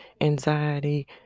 anxiety